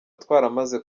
twaramaze